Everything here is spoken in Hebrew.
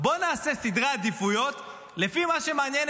בואו נעשה סדרי עדיפויות לפי מה שמעניין